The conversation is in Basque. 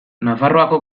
nafarroako